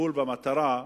טיפול במטרה,